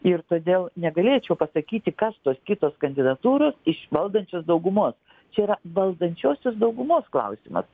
ir todėl negalėčiau pasakyti kas tos kitos kandidatūros iš valdančiosios daugumos čia yra valdančiosios daugumos klausimas